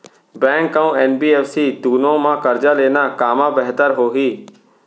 Bank अऊ NBFC दूनो मा करजा लेना कामा बेहतर होही?